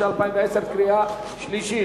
התש"ע 2010. קריאה שלישית,